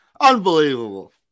unbelievable